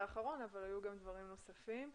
האחרון אבל היו עוד נושאים נוספים.